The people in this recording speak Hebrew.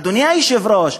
אדוני היושב-ראש,